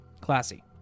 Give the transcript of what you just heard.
Classy